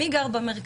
מי גר במרכז?